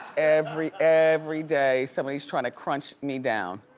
every, every day, somebody's trying to crunch me down.